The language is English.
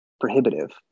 prohibitive